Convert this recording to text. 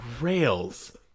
rails